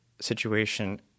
situation